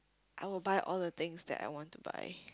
I will buy all the things that I want to buy